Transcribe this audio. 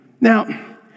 Now